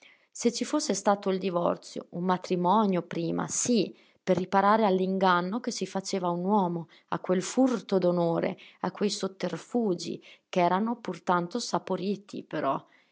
se ci fosse stato il divorzio un matrimonio prima sì per riparare all'inganno che si faceva a un uomo a quel furto d'onore a quei sotterfugi ch'eran pur tanto saporiti però